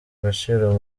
agaciro